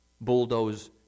bulldoze